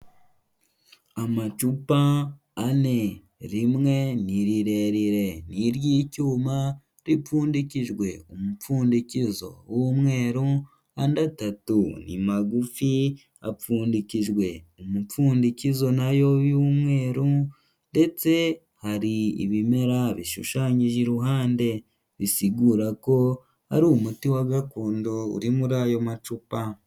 Amacupa ane, rimwe ni rirerire n'iryicyuma ripfundikijwe umupfundikizo w'umweru, andi atatu ni magufi apfundikijwe umupfundikizo nayo y'umweru, ndetse hari ibimera bishushanyije iruhande, bisigura ko ari umuti wa gakondo uri muri ayo macupa.